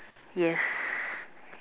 yes